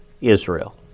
Israel